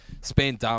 Spain